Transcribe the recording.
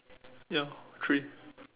ya three